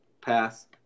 pass